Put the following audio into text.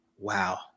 wow